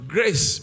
Grace